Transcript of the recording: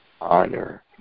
honor